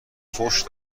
فحش